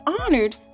honored